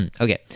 Okay